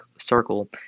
circle